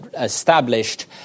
established